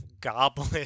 goblin